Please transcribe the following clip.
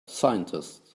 scientist